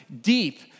deep